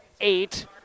eight